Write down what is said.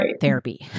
therapy